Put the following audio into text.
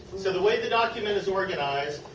so, the way the document is organized,